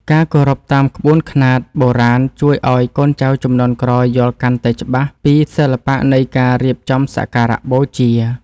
ការគោរពតាមក្បួនខ្នាតបុរាណជួយឱ្យកូនចៅជំនាន់ក្រោយយល់កាន់តែច្បាស់ពីសិល្បៈនៃការរៀបចំសក្ការបូជា។